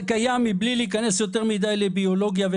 "זה קיים בלי להיכנס יותר מדי להמטולוגיה